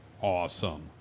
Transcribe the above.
Awesome